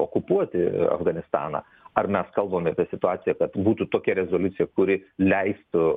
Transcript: okupuoti afganistaną ar mes kalbam apie situaciją kad būtų tokia rezoliucija kuri leistų